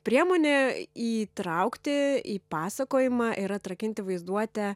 priemonė įtraukti į pasakojimą ir atrakinti vaizduotę